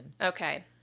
Okay